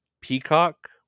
Peacock